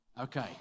Okay